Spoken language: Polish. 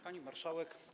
Pani Marszałek!